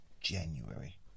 January